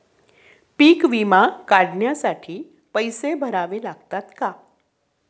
पीक विमा काढण्यासाठी पैसे भरावे लागतात का?